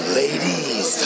ladies